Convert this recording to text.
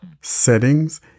settings